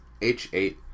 H8